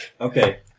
Okay